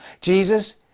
jesus